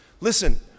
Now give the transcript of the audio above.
Listen